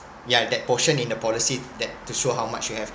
ya that portion in the policy that to show how much you have